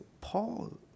Paul